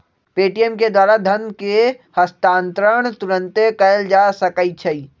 Paytm के द्वारा धन के हस्तांतरण तुरन्ते कएल जा सकैछइ